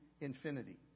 infinity